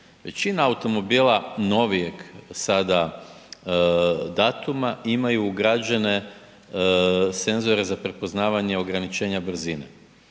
većina automobila novijeg sada datuma imaju ugrađene senzore za prepoznavanje ograničenja brzine,